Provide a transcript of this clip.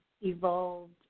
evolved